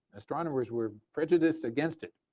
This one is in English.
astronomers were prejudiced against it.